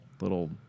little